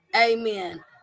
amen